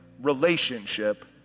relationship